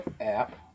App